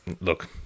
look